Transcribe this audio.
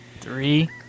Three